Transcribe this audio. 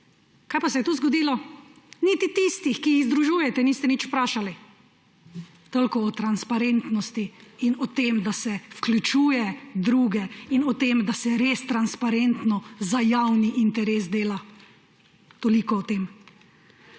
Kaj pa se je tu zgodilo? Niti tistih, ki jih združujete, niste nič vprašali! Toliko o transparentnosti in o tem, da se vključuje druge, in o tem, da se res transparentno za javni interes dela. Toliko o tem.